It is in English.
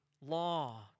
law